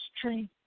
tree